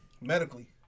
Medically